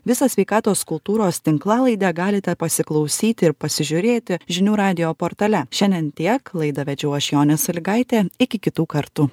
visą sveikatos kultūros tinklalaidę galite pasiklausyti ir pasižiūrėti žinių radijo portale šiandien tiek laidą vedžiau aš jonė salygaitė iki kitų kartų